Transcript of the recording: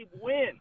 win